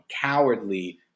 cowardly